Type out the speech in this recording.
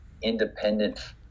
Independent